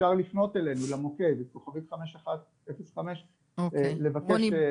אפשר לפנות אלינו למוקד כוכבית חמש אחת אפס חמש ולבקש מתנדב.